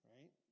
Right